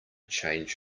change